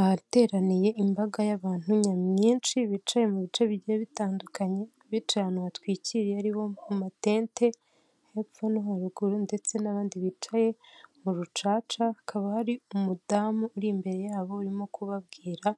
Ahateraniye imbaga y'abantu nyamwinshi bicaye mu bice bigiye bitandukanye, abica ahantu hatwikiriye hariho amatente, hepfo no haruguru ndetse n'abandi bicaye mu rucaca, hakaba hari umudamu uri imbere yabo urimo kubabwira